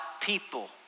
people